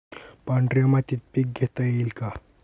पांढऱ्या मातीत पीक घेता येईल का?